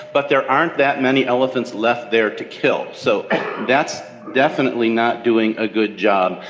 but there aren't that many elephants left there to kill. so that's definitely not doing a good job.